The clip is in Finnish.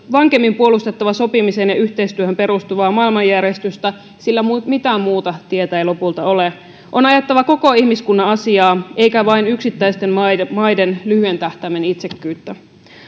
vankemmin puolustettava sopimiseen ja yhteistyöhön perustuvaa maailmanjärjestystä sillä mitään muuta tietä ei lopulta ole on ajettava koko ihmiskunnan asiaa eikä vain yksittäisten maiden maiden lyhyen tähtäimen itsekkyyttä